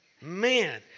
man